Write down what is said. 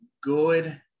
good